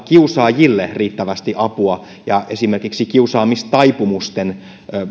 kiusaajille riittävästi apua ja esimerkiksi kiusaamistaipumusten